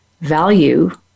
value